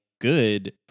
good